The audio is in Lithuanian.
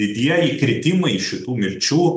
didieji kritimai šitų mirčių